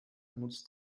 nutzt